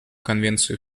конвенцию